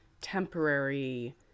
temporary